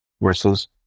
versus